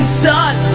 sun